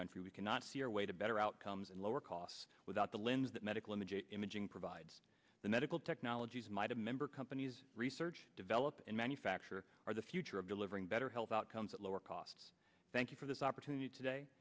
country we cannot see our way to better outcomes and lower costs without the lens that medical imaging imaging provides the medical technologies might a member companies research develop and manufacture are the future of delivering better health outcomes at lower costs thank you for this opportunity today